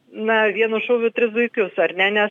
na vienu šūviu tris zuikius ar nes